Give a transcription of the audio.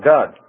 God